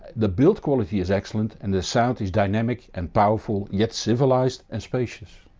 the build quality is excellent and the sound is dynamic and powerful, yet civilised and spacious.